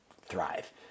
Thrive